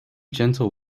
gentle